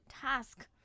task